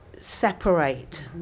separate